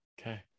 okay